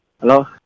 Hello